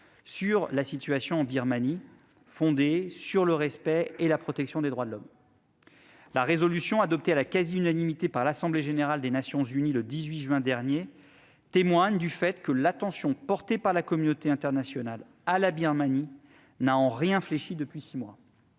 sur la situation en Birmanie, une position fondée sur le respect et la protection des droits de l'homme. La résolution adoptée à la quasi-unanimité par l'Assemblée générale des Nations unies, le 18 juin dernier, témoigne du fait que l'attention portée par la communauté internationale à la Birmanie n'a en rien fléchi depuis six mois.